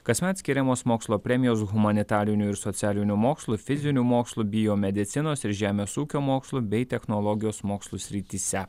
kasmet skiriamos mokslo premijos humanitarinių ir socialinių mokslų fizinių mokslų biomedicinos ir žemės ūkio mokslų bei technologijos mokslų srityse